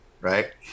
right